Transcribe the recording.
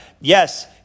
yes